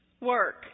work